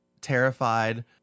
terrified